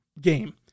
game